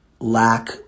lack